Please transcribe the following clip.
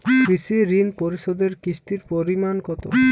কৃষি ঋণ পরিশোধের কিস্তির পরিমাণ কতো?